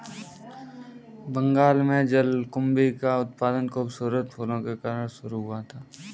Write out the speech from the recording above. बंगाल में जलकुंभी का उत्पादन खूबसूरत फूलों के कारण शुरू हुआ था